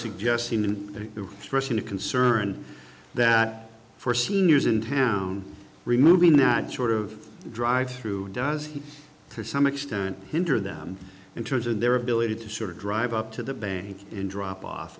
suggesting in the rush in a concern that for seniors in town removing that short of drive through does to some extent hinder them in terms of their ability to sort of drive up to the bank in drop off